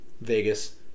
Vegas